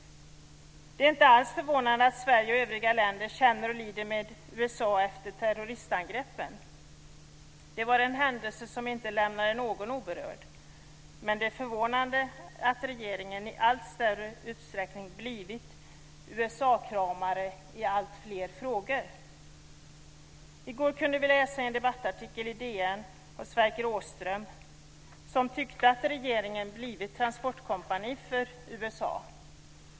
Det är inte alls förvånande att Sverige och övriga länder känner och lider med USA efter terroristangreppen. Det var händelser som inte lämnade någon oberörd. Det är dock förvånande att regeringen i allt större utsträckning och i alltfler frågor blivit USA-kramare. Vi kunde i går läsa en debattartikel i DN av Sverker Åström där denne tyckte att regeringen blivit transportkompani för USA.